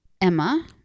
Emma